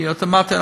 כי אנחנו אוטומטית,